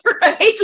Right